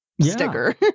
Sticker